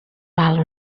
val